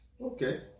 Okay